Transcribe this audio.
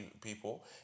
people